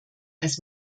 als